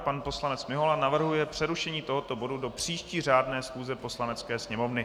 Pan poslanec Mihola navrhuje přerušení tohoto bodu do příští řádné schůze Poslanecké sněmovny.